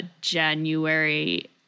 January